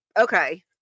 Okay